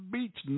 Beach